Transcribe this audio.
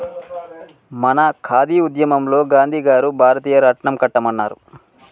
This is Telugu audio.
మన ఖాదీ ఉద్యమంలో గాంధీ గారు భారతీయ రాట్నం కట్టమన్నారు